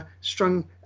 strung